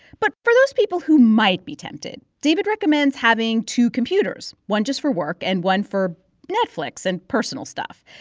but for those people who might be tempted, david recommends having two computers one just for work and one for netflix and personal stuff.